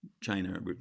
China